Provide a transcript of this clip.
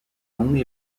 only